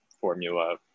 formula